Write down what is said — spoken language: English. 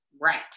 Right